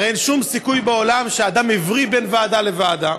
הרי אין שום סיכוי בעולם שאדם הבריא בין ועדה לוועדה,